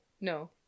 No